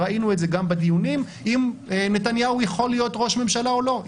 ראינו את זה גם בדיונים על אם נתניהו יכול להיות ראש ממשלה או לא.